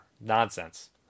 nonsense